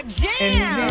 jam